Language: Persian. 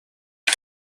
این